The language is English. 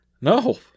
No